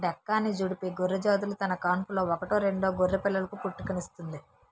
డెక్కాని, జుడిపి గొర్రెజాతులు తన కాన్పులో ఒకటో రెండో గొర్రెపిల్లలకు పుట్టుకనిస్తుంది